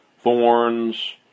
thorns